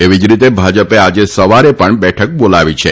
એવી જ રીતે ભાજપે આજે સવારે પણ બેઠક બોલાવી છે